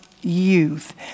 youth